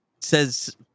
says